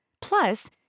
Plus